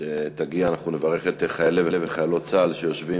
עד שתגיע אנחנו נברך את חיילי וחיילות צה"ל שיושבים